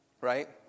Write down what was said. right